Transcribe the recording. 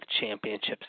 championships